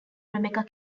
rebecca